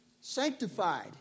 sanctified